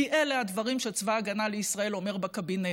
כי אלה הדברים שצבא ההגנה לישראל אומר בקבינט.